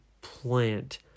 plant